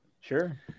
Sure